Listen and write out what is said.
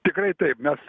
tikrai taip mes